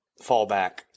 fallback